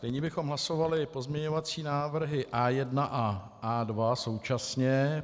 Nyní bychom hlasovali pozměňovací návrhy A1 a A2 současně.